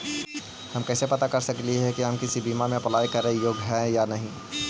हम कैसे पता कर सकली हे की हम किसी बीमा में अप्लाई करे योग्य है या नही?